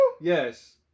Yes